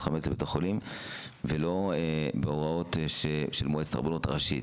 חמץ לבית החולים ולא בהוראות של מועצת הרבנות הראשית,